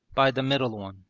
by the middle one.